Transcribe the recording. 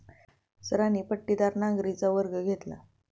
सरांनी पट्टीदार नांगरणीचा वर्ग घेतला